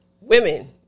women